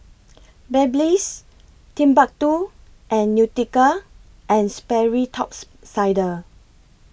Babyliss Timbuk two and Nautica and Sperry Tops Sider